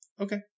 Okay